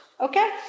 okay